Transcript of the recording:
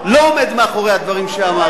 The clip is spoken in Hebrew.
לא עומד מאחורי הדברים שאמרת.